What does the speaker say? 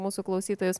mūsų klausytojus